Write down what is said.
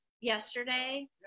yesterday